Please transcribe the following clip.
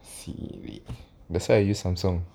see that's why I use samsung